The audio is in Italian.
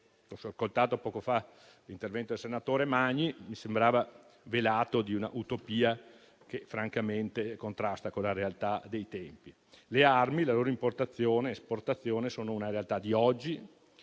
Ho ascoltato poco fa l'intervento del senatore Magni: mi sembrava velato di un'utopia che francamente contrasta con la realtà dei tempi. Le armi e la loro importazione ed esportazione sono una realtà di oggi,